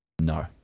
No